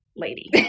lady